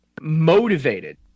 motivated